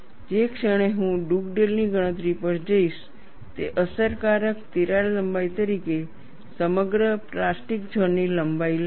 જે ક્ષણે હું ડુગડેલ ની ગણતરી પર જઈશ તે અસરકારક તિરાડ લંબાઈ તરીકે સમગ્ર પ્લાસ્ટિક ઝોન ની લંબાઈ લેશે